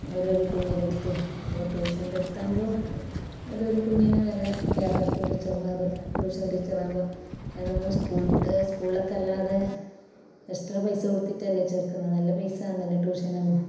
ഓരോ ഓരോ കുഞ്ഞിൻ്റെ അടുത്ത് അപ്പോൾ ട്യൂഷൻ്റെ അടുത്താകുമ്പം ഓരോ ഓരോ കുഞ്ഞിന് നല്ല കെയർ ആക്കും ടീച്ചർമാർ ട്യൂഷൻ ടീച്ചറാകുമ്പോൾ അതിന് നമ്മൾ സ്കൂളിലത്തെ സ്കൂളിലേക്കല്ലാതെ എക്സ്ട്രാ പൈസ കൊടുത്തിട്ടല്ലേ ചേർക്കുന്നത് നല്ല പൈസ ആകുന്നതല്ലേ ട്യൂഷനാകുമ്പോൾ